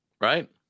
Right